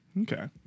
Okay